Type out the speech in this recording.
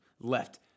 left